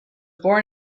born